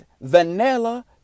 vanilla